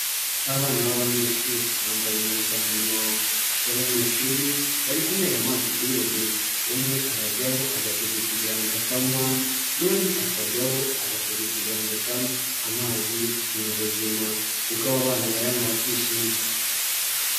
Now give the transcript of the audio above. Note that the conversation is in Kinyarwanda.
Abana b'abanyeshuri bambaye impuzankano y'abanyeshuri, bari kunywera amazi kuri robine, umwe arayajyaho agatega ikiganza akanywa, n'undi akajyaho agatega ikiganza akanywa amazi ni ubuzima kuko aba bana bayanywa bakishima.